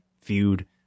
feud